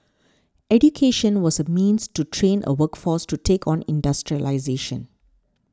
education was a means to train a workforce to take on industrialisation